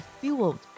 fueled